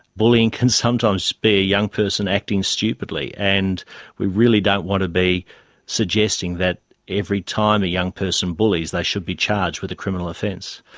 bullying can sometimes be a young person acting stupidly and we really don't want to be suggesting that every time a young person bullies they should be charged with a criminal offence.